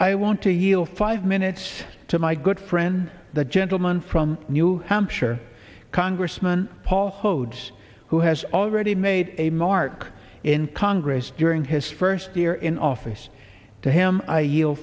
i want to heal five minutes to my good friend the gentleman from new hampshire congressman paul hodes who has already made a mark in congress during his first year in office to him